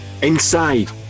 inside